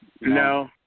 No